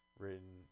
written